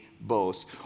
boast